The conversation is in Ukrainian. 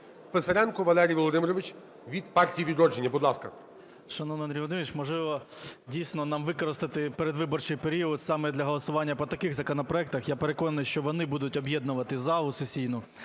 Писаренко Валерій Володимирович від партії "Відродження". Будь ласка. 13:19:45 ПИСАРЕНКО В.В. Шановний Андрій Володимирович, можливо, дійсно нам використати передвиборчий період саме для голосування по таких законопроектах, я переконаний, що вони будуть об'єднувати залу сесійну,